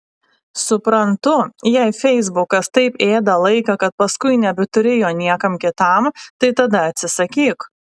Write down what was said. suprantu jei feisbukas taip ėda laiką kad paskui nebeturi jo niekam kitam tai tada atsisakyk